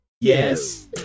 Yes